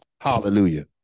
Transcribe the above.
Hallelujah